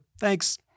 thanks